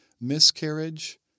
miscarriage